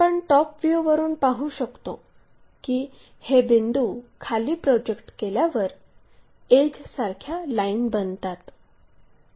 आपण टॉप व्ह्यूवरून पाहू शकतो की हे बिंदू खाली प्रोजेक्ट केल्यावर एड्ज सारख्या लाईन बनतात